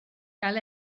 gael